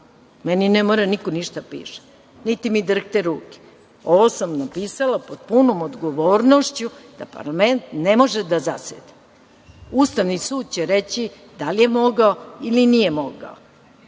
Meni ne mora niko ništa da piše, niti mi drhte ruke. Ovo sam napisala pod punom odgovornošću da parlament ne može da zaseda. Ustavni sud će reći da li mogao ili nije mogao